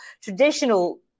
traditional